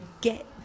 get